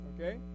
Okay